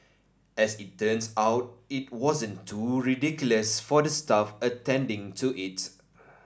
as it turns out it wasn't too ridiculous for the staff attending to it